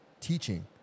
Teaching